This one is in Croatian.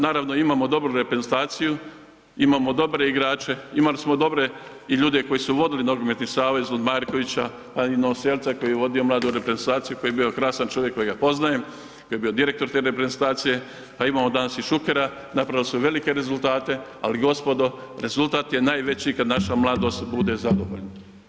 Naravno, imamo dobru reprezentaciju, imamo dobre igrače, imali smo dobre i ljude koji su vodili HNS, od Markovića, pa i Novoselca koji je vodio mladu reprezentaciju koji je bio krasan čovjek, kojega poznajem, kad je bio direktor te reprezentacije, pa imamo danas i Šukera, napravili su velike rezultate, ali gospodo rezultat je najveći kad naša mladost bude zadovoljna.